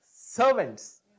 servants